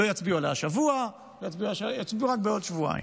לא יצביעו עליה השבוע, יצביעו רק בעוד שבועיים.